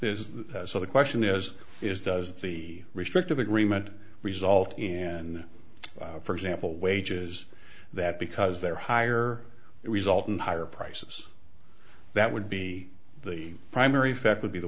that so the question is is that does the restrictive agreement result in for example wages that because they're higher it result in higher prices that would be the primary effect would be the